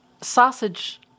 sausage